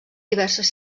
diverses